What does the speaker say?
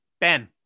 Ben